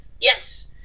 yes